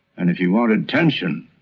and if you wanted tension